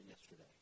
yesterday